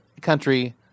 country